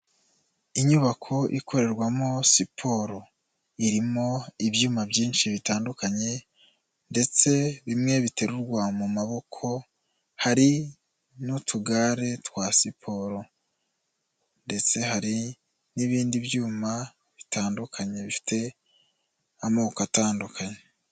Inyubako ikorerwamo siporo. Irimo ibyuma byinshi bitandukanye ndetse bimwe biterurwa mu maboko, hari n'utugare twa siporo ndetse hari n'ibindi byuma bitandukanye bifite amoko atandukanye.